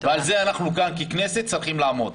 על זה אנחנו בכנסת צריכים לעמוד.